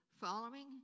following